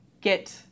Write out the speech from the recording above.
get